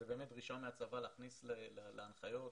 דרישה מהצבא להכניס להנחיות,